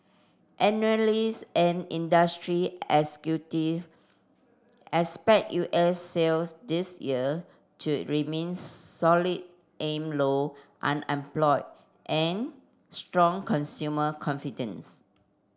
analyst and industry executive expect U S sales this year to remain solid amid low unemployment and strong consumer confidence